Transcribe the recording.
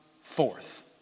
forth